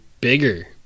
bigger